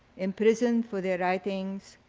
imprisoned for their writings,